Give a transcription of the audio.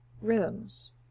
rhythms